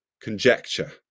conjecture